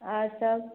और सब